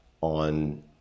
on